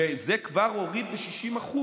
וזה כבר הוריד ב-60%,